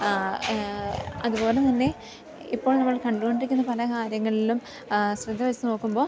അതുപോലെതന്നെ ഇപ്പോൾ നമ്മൾ കണ്ടുകൊണ്ടിരിക്കുന്ന പല കാര്യങ്ങളിലും ശ്രദ്ധ വെച്ചു നോക്കുമ്പോൾ